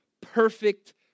Perfect